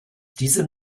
diesem